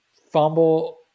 fumble